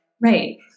Right